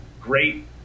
great